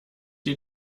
die